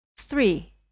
Three